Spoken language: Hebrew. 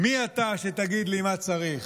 מי אתה שתגיד לי מה צריך?